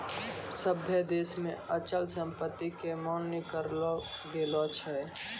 सभ्भे देशो मे अचल संपत्ति के मान्य करलो गेलो छै